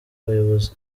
abayobozi